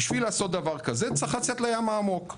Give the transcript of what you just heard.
בשביל לעשות דבר כזה צריך לצאת לים העמוק.